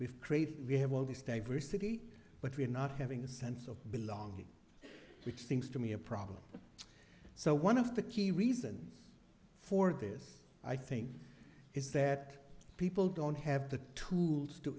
created we have all these staver city but we're not having a sense of belonging which seems to me a problem so one of the key reasons for this i think is that people don't have the tools to